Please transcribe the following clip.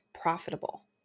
profitable